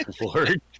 lord